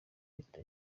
leta